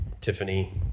Tiffany